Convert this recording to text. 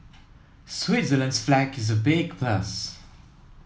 Switzerland's flag is a big plus